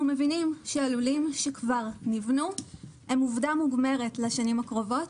אנחנו מבינים שהלולים שכבר נבנו הם עובדה מוגמרת לשנים הקרובות,